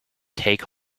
take